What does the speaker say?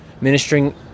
ministering